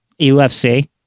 UFC